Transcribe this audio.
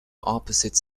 opposite